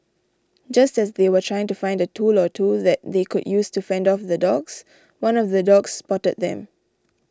just as they were trying to find a tool or two that they could use to fend off the dogs one of the dogs spotted them